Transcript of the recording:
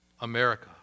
America